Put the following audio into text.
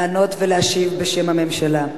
לענות ולהשיב בשם הממשלה.